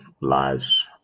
lives